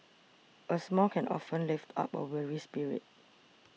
a smile can often lift up a weary spirit